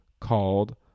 called